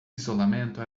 isolamento